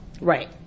right